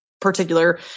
particular